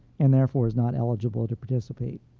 and therefore is not eligible to participate.